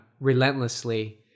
relentlessly